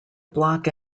block